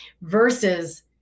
versus